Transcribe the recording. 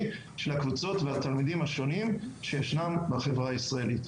של הקבוצות והתלמידים השונים שישנם בחברה הישראלית.